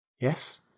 Yes